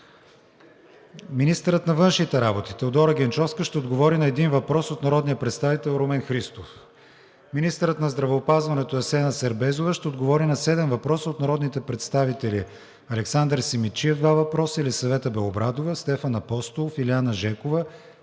Министърът на външните работи Теодора Генчовска ще отговори на един въпрос от народния представител Румен Христов. 6. Министърът на здравеопазването Асена Сербезова ще отговори на седем въпроса от народните представители Александър Симидчиев – два въпроса; Елисавета Белобрадова; Стефан Апостолов; Илиана Жекова;